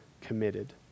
committed